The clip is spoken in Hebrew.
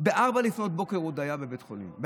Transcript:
ב-04:00 הוא עוד היה בבית חולים.